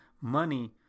money